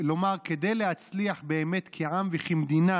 ולומר שכדי להצליח כעם וכמדינה